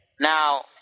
Now